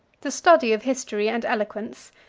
the study of history and eloquence,